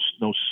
no